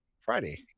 friday